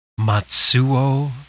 Matsuo